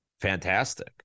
Fantastic